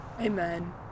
Amen